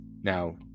now